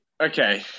okay